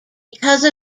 because